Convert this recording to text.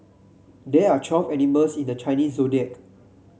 there are twelve animals in the Chinese Zodiac